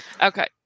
Okay